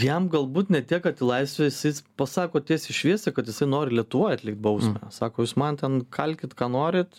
jam galbūt ne tiek kad į laisvę jisai s pasako tiesiai šviesiai kad jisai nori lietuvoj atlikt bausmę sako jūs man ten kalkit ką norit